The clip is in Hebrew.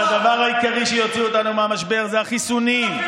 שהדבר העיקרי שיוציא אותנו מהמשבר זה החיסונים.